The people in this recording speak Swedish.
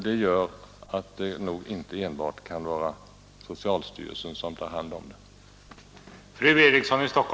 Detta gör att det nog inte enbart bör vara socialstyrelsen som behandlar detta.